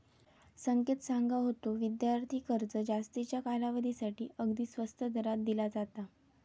संकेत सांगा होतो, विद्यार्थी कर्ज जास्तीच्या कालावधीसाठी अगदी स्वस्त दरात दिला जाता